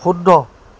শুদ্ধ